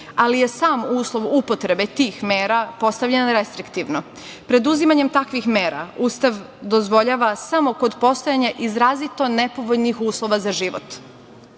ali je sam uslov upotrebe tih mera postavljen restriktivno. Preduzimanje takvih mera Ustav dozvoljava samo kod postojanja izrazito nepovoljnih uslova za život